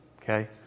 okay